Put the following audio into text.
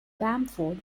bamford